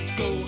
go